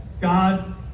God